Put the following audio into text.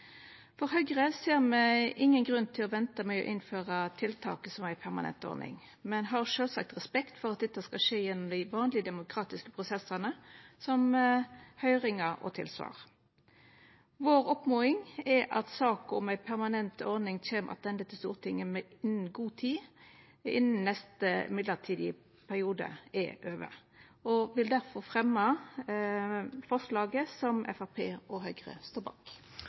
Høgre ser me ingen grunn til å venta med å innføra tiltaket som ei permanent ordning, men har sjølvsagt respekt for at dette skal skje gjennom dei vanlege demokratiske prosessane, som høyringar og tilsvar. Vår oppmoding er at sak om ei permanent ordning kjem attende til Stortinget i god tid innan neste mellombelse periode er over. Eg vil derfor fremja forslaget Framstegspartiet og Høgre står bak.